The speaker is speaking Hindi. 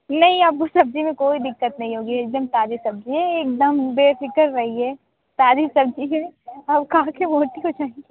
नहीं आप को सब्ज़ी में कोई दिक्कत नहीं होगी एक दम ताज़ी सब्ज़ी हैं एक दम बेफ़िक्र रहिए ताज़ी सब्ज़ी है आप खा के मोटी हो जाएंगी